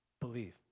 Believe